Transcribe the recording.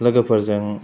लोगोफोरजों